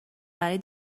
برای